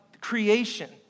creation